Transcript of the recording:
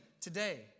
today